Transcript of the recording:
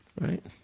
right